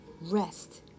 rest